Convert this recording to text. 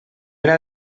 era